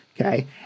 okay